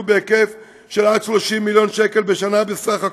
בהיקף שעד 30 מיליון שקל בשנה בסך הכול,